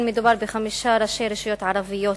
מדובר בחמישה ראשי רשויות ערביות,